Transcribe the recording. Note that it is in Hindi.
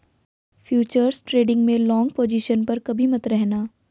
फ्यूचर्स ट्रेडिंग में लॉन्ग पोजिशन पर कभी मत रहना